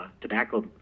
Tobacco